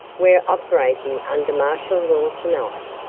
we're operating under martial law tonight,